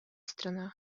страна